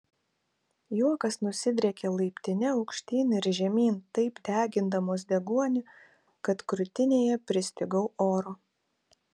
juokas nusidriekė laiptine aukštyn ir žemyn taip degindamas deguonį kad krūtinėje pristigau oro